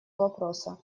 вопроса